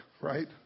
right